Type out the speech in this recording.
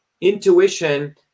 intuition